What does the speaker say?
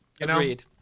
Agreed